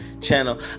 channel